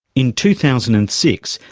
in two thousand and six,